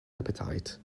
appetite